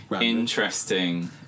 interesting